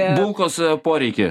bulkos poreikį